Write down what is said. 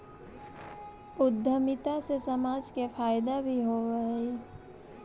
उद्यमिता से समाज के फायदा भी होवऽ हई